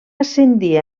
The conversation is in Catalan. ascendir